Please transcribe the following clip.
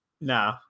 No